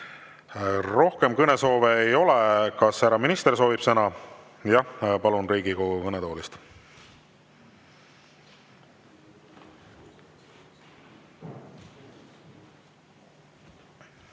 Rohkem kõnesoove ei ole. Kas härra minister soovib sõna? Jah, palun, Riigikogu kõnetoolist!